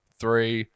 three